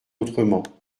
autrement